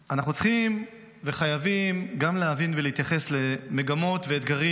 אנחנו צריכים וחייבים גם להבין ולהתייחס למגמות ואתגרים